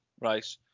right